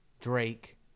Drake